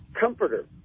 comforter